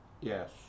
Yes